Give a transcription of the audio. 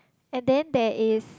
and then there is